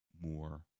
more